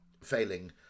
failing